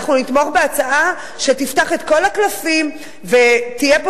אנחנו נתמוך בהצעה שתפתח את כל הקלפים ותהיה פה